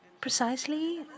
precisely